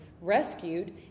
rescued